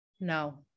No